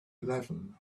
eleven